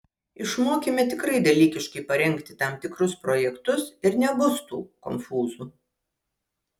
išmokime tikrai dalykiškai parengti tam tikrus projektus ir nebus tų konfūzų